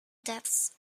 deaths